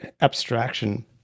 abstraction